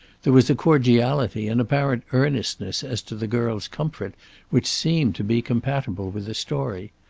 there was a cordiality and apparent earnestness as to the girl's comfort which seemed to be compatible with the story.